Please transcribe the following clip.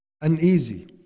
uneasy